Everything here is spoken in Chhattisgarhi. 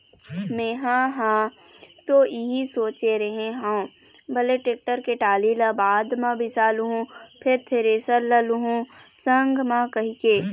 मेंहा ह तो इही सोचे रेहे हँव भले टेक्टर के टाली ल बाद म बिसा लुहूँ फेर थेरेसर ल लुहू संग म कहिके